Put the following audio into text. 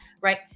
right